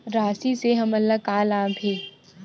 राशि से हमन ला का लाभ हे?